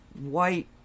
white